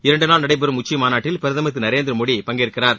இரண்டு நாள் நடைபெறும் உச்சிமாநாட்டில் பிரதமர் திரு நரேந்திர மோடி பங்கேற்கிறார்